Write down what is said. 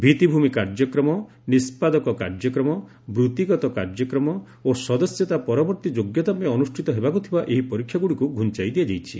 ଭିଭିଭୂମି କାର୍ଯ୍ୟକ୍ରମ ନିଷ୍ପାଦକ କାର୍ଯ୍ୟକ୍ରମ ବୃଭିଗତ କାର୍ଯ୍ୟକ୍ରମ ଓ ସଦସ୍ୟତା ପରବର୍ତ୍ତୀ ଯୋଗ୍ୟତା ପାଇଁ ଅନୁଷ୍ଠିତ ହେବାକୁ ଥିବା ଏହି ପରୀକ୍ଷାଗୁଡ଼ିକୁ ଘୁଞ୍ଚାଇ ଦିଆଯାଇଛି